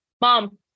mom